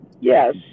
Yes